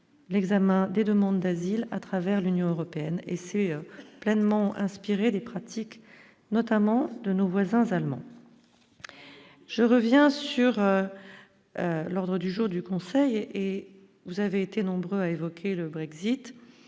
l'examen des demandes d'asile à travers l'Union européenne et c'est pleinement inspiré des pratiques, notamment de nos voisins allemands, je reviens sur l'ordre du jour du conseil et vous avez été nombreux à évoquer le Brexit